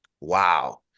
Wow